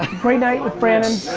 great night with brandon.